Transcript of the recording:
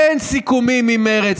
אין סיכומים עם מרצ,